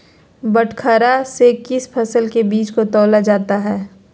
बटखरा से किस फसल के बीज को तौला जाता है?